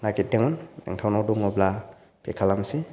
नागिरदोंमोन नोंथांनाव दङब्ला पे खालामनोसै